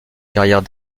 carrière